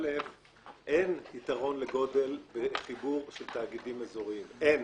אין יתרון לגודל וחיבור של תאגידים אזוריים, אין.